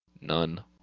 None